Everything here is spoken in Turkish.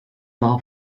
daha